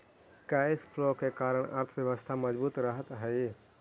cash flow के कारण अर्थव्यवस्था मजबूत रहऽ हई